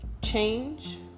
Change